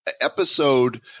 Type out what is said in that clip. episode